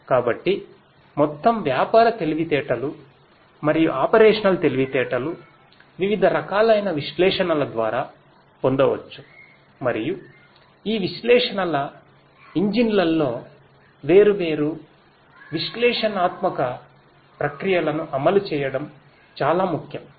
కాబట్టి మొత్తం వ్యాపార తెలివితేటలు మరియు ఆపరేషనల్ తెలివితేటలు వివిధ రకాలైన విశ్లేషణల ద్వారా పొందవచ్చు మరియు ఈ విశ్లేషణల ఇంజిన్లలో వేర్వేరు విశ్లేషణాత్మక ప్రక్రియలను అమలు చేయడం చాలాముఖ్యం